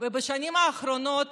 בשנתיים האחרונות